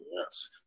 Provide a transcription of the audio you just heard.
yes